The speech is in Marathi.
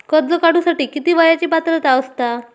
कर्ज काढूसाठी किती वयाची पात्रता असता?